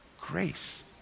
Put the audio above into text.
Grace